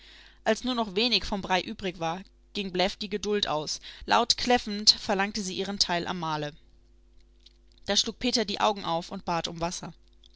als nur noch wenig vom brei übrig war ging bläff die geduld aus laut kläffend verlangte sie ihren teil am mahle da schlug peter die augen auf und bat um wasser